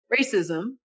racism